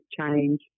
change